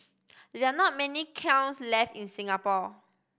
there are not many kilns left in Singapore